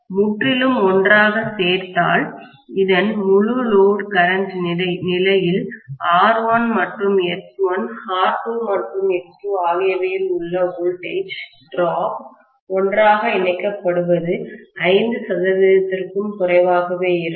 முற்றிலும் ஒன்றாகச் சேர்த்தால் இதன் முழு லோடு கரண்ட் நிலையில் R1 மற்றும் X1 R2 மற்றும் X2 ஆகியவையில் உள்ள வோல்டேஜ் டிராப்வீழ்ச்சி ஒன்றாக இணைக்கப்படுவது 5 சதவீதத்திற்கும் குறைவாகவே இருக்கும்